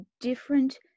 different